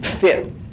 fit